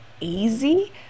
easy